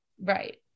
Right